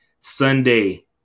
Sunday